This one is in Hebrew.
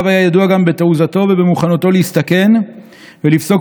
הרב היה ידוע גם בתעוזתו ובמוכנותו להסתכן ולפסוק